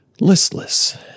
listless